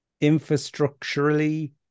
infrastructurally